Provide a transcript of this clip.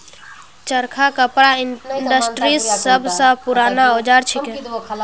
चरखा कपड़ा इंडस्ट्रीर सब स पूराना औजार छिके